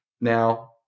now